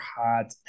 hot